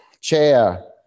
Chair